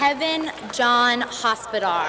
head then john hospital